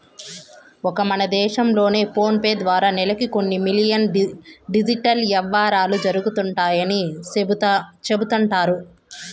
ఒక్క మన దేశం లోనే ఫోనేపే ద్వారా నెలకి కొన్ని మిలియన్ డిజిటల్ యవ్వారాలు జరుగుతండాయని సెబుతండారు